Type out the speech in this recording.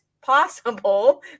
possible